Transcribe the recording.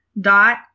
dot